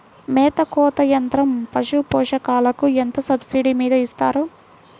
మేత కోత యంత్రం పశుపోషకాలకు ఎంత సబ్సిడీ మీద ఇస్తారు?